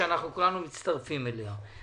שכולנו מצטרפים אליה.